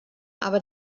aber